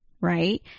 right